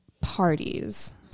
parties